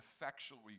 effectually